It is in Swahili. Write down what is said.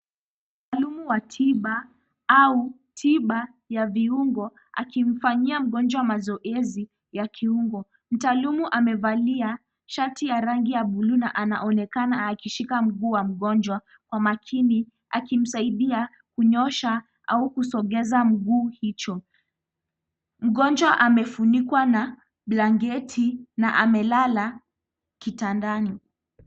Mhudumu wa tiba au tiba ya viungo, akimfanyia mgonjwa mazoezi ya kiungo. Mtaalamu amevalia, shati ya rangi ya bluu na anaonekana akishika mguu mgonjwa , kwa makini akimsaidia kunyosha, au kusongeza mguu hicho. Mgonjwa umefunikwa na blanketi na amelala kitandani.